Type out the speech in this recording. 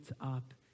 up